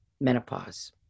menopause